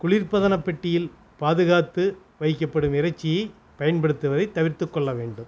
குளிர்பதனப்பெட்டியில் பாதுகாத்து வைக்கப்படும் இறைச்சியை பயன்படுத்துவதை தவிர்த்துக் கொள்ள வேண்டும்